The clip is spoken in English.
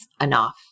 enough